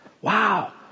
Wow